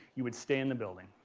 you would stay in the building.